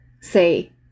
say